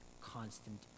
constant